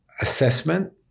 assessment